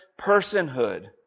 personhood